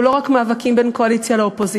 הוא לא רק מאבקים בין קואליציה לאופוזיציה.